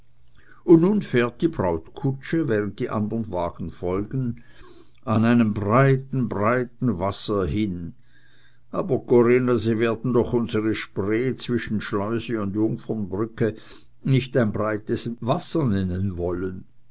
und nun fährt die brautkutsche während die anderen wagen folgen an einem breiten breiten wasser hin aber corinna sie werden doch unsere spree zwischen schleuse und jungfernbrücke nicht ein breites wasser nennen wollen